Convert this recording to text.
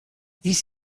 this